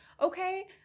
Okay